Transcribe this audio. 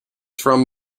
from